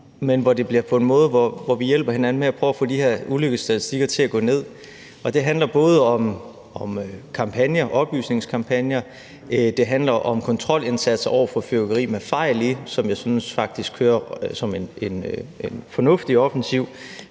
måde, hvor vi hjælper hinanden med at prøve at få de her ulykkesstatistikker til at gå ned. Det handler både om oplysningskampagner; det handler om kontrolindsats over for fyrværkeri med fejl i, som jeg faktisk syntes kører som en fornuftig offensiv